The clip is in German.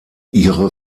ihre